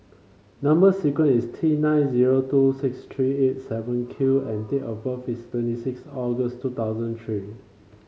number sequence is T nine zero two six three eight seven Q and date of birth is twenty six August two thousand three